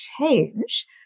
change